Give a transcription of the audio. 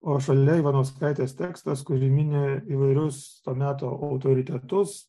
o šalia ivanauskaitės tekstas kur ji mini įvairius to meto autoritetus